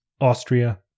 Austria